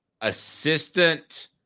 assistant